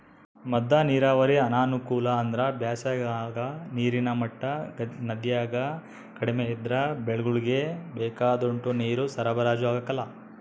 ಮದ್ದ ನೀರಾವರಿ ಅನಾನುಕೂಲ ಅಂದ್ರ ಬ್ಯಾಸಿಗಾಗ ನೀರಿನ ಮಟ್ಟ ನದ್ಯಾಗ ಕಡಿಮೆ ಇದ್ರ ಬೆಳೆಗುಳ್ಗೆ ಬೇಕಾದೋಟು ನೀರು ಸರಬರಾಜು ಆಗಕಲ್ಲ